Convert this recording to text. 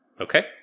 Okay